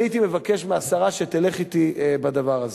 אני מבקש מהשרה שתלך אתי בדבר הזה.